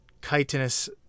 chitinous